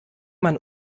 man